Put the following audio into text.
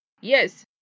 Yes